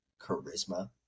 charisma